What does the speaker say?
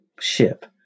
ship